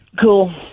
Cool